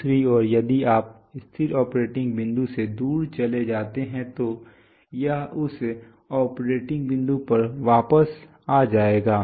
दूसरी ओर यदि आप स्थिर ऑपरेटिंग बिंदु से दूर चले जाते हैं तो यह उस ऑपरेटिंग बिंदु पर वापस आ जाएगा